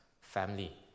family